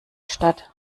statt